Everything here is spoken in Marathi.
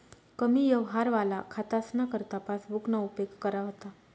कमी यवहारवाला खातासना करता पासबुकना उपेग करा व्हता